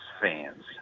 fans